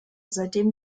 seitdem